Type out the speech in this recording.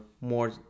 more